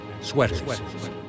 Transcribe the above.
sweaters